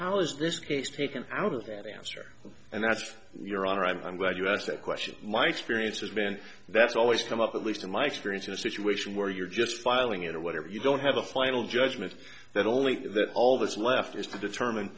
how is this case taken out of that answer and that's your honor i'm glad you asked that question my experience has been that's always come up at least in my experience in a situation where you're just filing in or whatever you don't have a final judgment that only that all this left is to determine